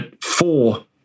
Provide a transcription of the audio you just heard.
four